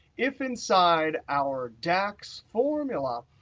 if inside our dax formula,